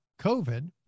COVID